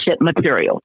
material